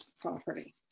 property